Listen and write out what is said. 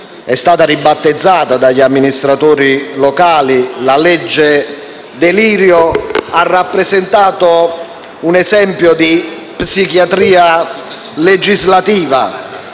Delrio (ribattezzata dagli amministratori locali «legge delirio»), ha rappresentato un esempio di psichiatria legislativa.